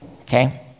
Okay